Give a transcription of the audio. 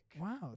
Wow